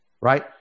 right